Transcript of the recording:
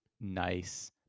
nice